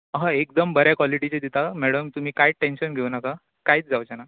हय एकदम बऱ्या कॉलिटीचें दिता मॅडम तुमी कायच टँशन घेवं नाका कायच जावचें ना